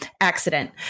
Accident